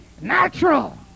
natural